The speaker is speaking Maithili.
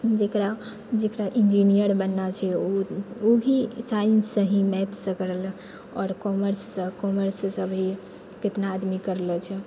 जकरा इन्जीनियर बनना छै उ भी साइन्ससँ मैथसँ करलकै आओरर कॉमर्ससँ कॉमर्ससँ भी केतना आदमी करलो छैै